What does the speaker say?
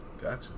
Gotcha